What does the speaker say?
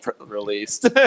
released